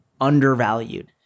undervalued